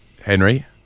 Henry